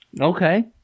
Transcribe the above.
Okay